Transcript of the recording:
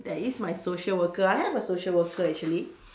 that is my social worker I have a social worker actually